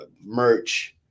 merch